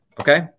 Okay